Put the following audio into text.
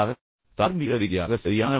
நீங்கள் தார்மீக ரீதியாக சரியானவரா